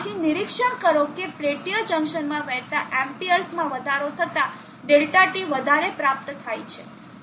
અહીં નિરીક્ષણ કરો કે પેલ્ટીઅર જંકશનમાં વહેતા Amps માં વધારો થતાં Δt વધારે પ્રાપ્ત થાય છે